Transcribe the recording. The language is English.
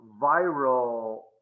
viral